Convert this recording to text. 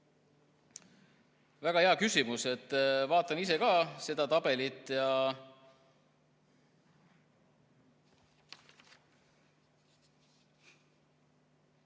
Väga hea küsimus. Vaatan ise ka seda tabelit.